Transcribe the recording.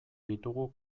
ditugu